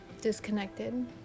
disconnected